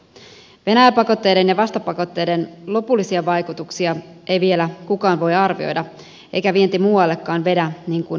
venäjä pakotteiden ja vastapakotteiden lopullisia vaikutuksia ei vielä kukaan voi arvioida eikä vienti muuallekaan vedä niin kuin on toivottu